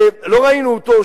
לא ראינו אותו,